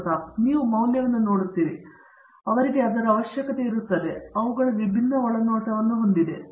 ಪ್ರತಾಪ್ ಹರಿಡೋಸ್ ಆದರೆ ನೀವು ಮೌಲ್ಯವನ್ನು ನೋಡುತ್ತೀರಿ ಅವರಿಗೆ ಅದರ ಅವಶ್ಯಕತೆ ಇರುತ್ತದೆ ಮತ್ತು ಅವುಗಳು ವಿಭಿನ್ನ ಒಳನೋಟವನ್ನು ಹೊಂದಿವೆ